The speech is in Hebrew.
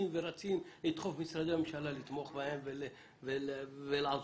רצים למשרדי הממשלה לתמוך בהם ולהריץ.